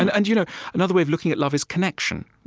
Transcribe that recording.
and and you know another way of looking at love is connection.